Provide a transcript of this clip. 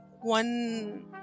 one